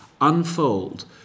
unfold